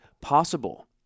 possible